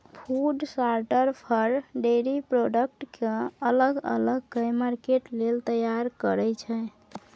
food sorter for, dairy product केँ अलग अलग कए मार्केट लेल तैयार करय छै